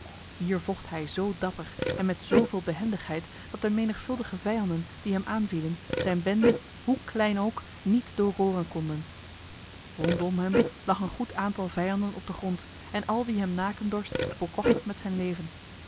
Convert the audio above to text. hier vocht hij zo dapper en met zoveel behendigheid dat de menigvuldige vijanden die hem aanvielen zijn bende hoe klein ook niet doorboren konden rondom hem lag een goed aantal vijanden op de grond en al wie hem naken dorst bekocht het met zijn leven